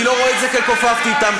אני לא רואה את זה כ"כופפתי אותם".